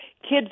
kids